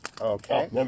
Okay